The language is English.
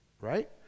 right